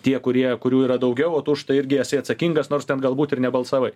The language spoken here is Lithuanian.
tie kurie kurių yra daugiau o tu už tai irgi esi atsakingas nors ten galbūt ir nebalsavai